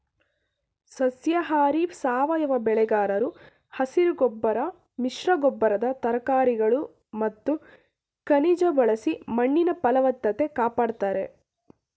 ಸಸ್ಯಾಹಾರಿ ಸಾವಯವ ಬೆಳೆಗಾರರು ಹಸಿರುಗೊಬ್ಬರ ಮಿಶ್ರಗೊಬ್ಬರದ ತರಕಾರಿಗಳು ಮತ್ತು ಖನಿಜ ಬಳಸಿ ಮಣ್ಣಿನ ಫಲವತ್ತತೆ ಕಾಪಡ್ತಾರೆ